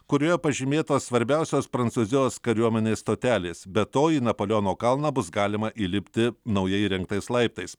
kurioje pažymėtos svarbiausios prancūzijos kariuomenės stotelės bet to į napoleono kalną bus galima įlipti naujai įrengtais laiptais